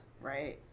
right